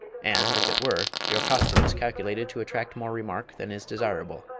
and, if it were, your costume is calculated to attract more remark than is desirable.